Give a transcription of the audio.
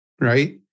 right